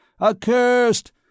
Accursed